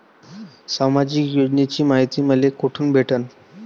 सामाजिक योजनेची मायती मले कोठून भेटनं?